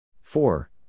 four